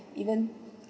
even